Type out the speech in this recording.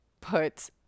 put